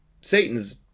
Satan's